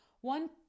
One